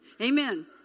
amen